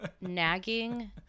Nagging